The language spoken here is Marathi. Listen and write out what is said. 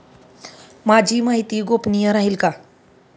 माझी माहिती गोपनीय राहील का?